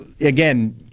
again